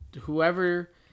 whoever